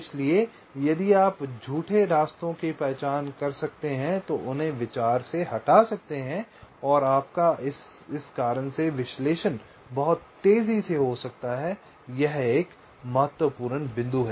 इसलिए यदि आप झूठे रास्तों को पहचान सकते हैं और उन्हें विचार से हटा सकते हैं तो आपका विश्लेषण बहुत तेजी से हो सकता है यह एक महत्वपूर्ण बिंदु है